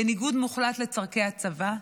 בניגוד מוחלט לצורכי הצבא.